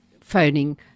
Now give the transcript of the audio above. phoning